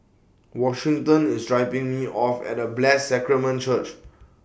Washington IS dropping Me off At Blessed Sacrament Church